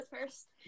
first